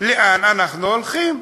לאן אנחנו הולכים.